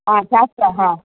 ಹಾಂ ಶಾಸ್ತ್ರ ಹಾಂ